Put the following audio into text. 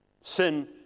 Sin